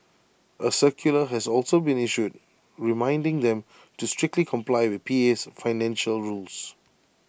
A circular has also been issued reminding them to strictly comply with PA's financial rules